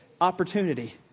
opportunity